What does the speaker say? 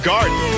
Garden